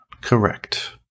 Correct